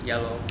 ya lor